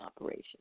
operation